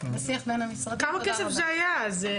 בשיח בין המשרדים --- כמה כסף זה היה אז?